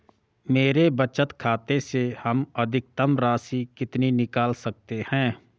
मेरे बचत खाते से हम अधिकतम राशि कितनी निकाल सकते हैं?